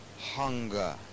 hunger